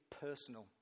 personal